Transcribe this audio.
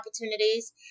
opportunities